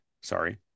Sorry